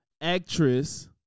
actress